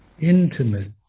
intimate